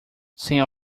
sem